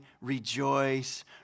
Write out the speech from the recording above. rejoice